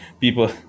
people